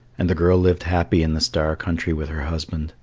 and the girl lived happy in the star country with her husband,